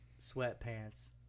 sweatpants